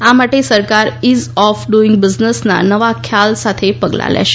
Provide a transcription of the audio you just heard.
આ માટે સરકાર ઈઝ ઓફ ડુઇંગ બિઝનેસ ના ખ્યાલ સાથે પગલાં લેશે